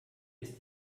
ist